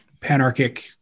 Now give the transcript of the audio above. panarchic